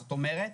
זאת אומרת,